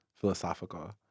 Philosophical